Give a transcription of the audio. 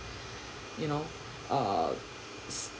you know err